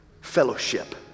fellowship